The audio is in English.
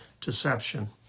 deception